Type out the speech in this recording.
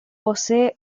posee